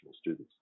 students